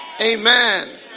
Amen